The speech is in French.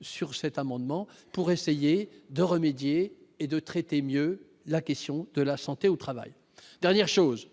sur cet amendement pour essayer de remédier et de traiter mieux la question de la santé au travail, dernière chose.